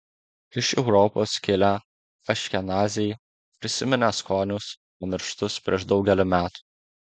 iš europos kilę aškenaziai prisiminė skonius pamirštus prieš daugelį metų